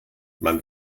man